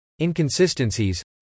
inconsistencies